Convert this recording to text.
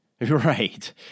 Right